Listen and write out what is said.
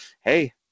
hey